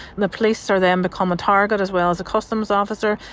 the police are then become a target as well as a customs officer.